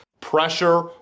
pressure